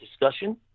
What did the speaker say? discussion